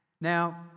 Now